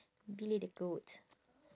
billy the goat